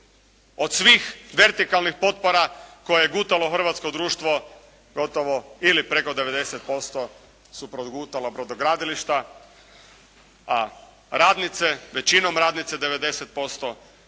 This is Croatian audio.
Od svih vertikalnih potpora koje je gutalo hrvatsko društvo gotovo ili preko 90% su progutala brodogradilišta, a radnice, većinom radnice 90%